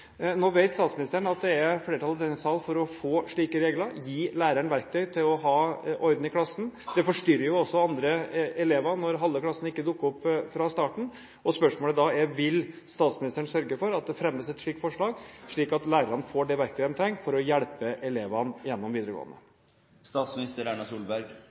Nå vet statsministeren at det er flertall i denne sal for å få slike regler, gi læreren verktøy til å ha orden i klassen. Det forstyrrer jo også andre elever når halve klassen ikke dukker opp fra starten. Spørsmålet da er: Vil statsministeren sørge for at det fremmes et slikt forslag, slik at lærerne får det verktøyet de trenger for å hjelpe elevene gjennom